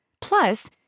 Plus